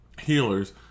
healers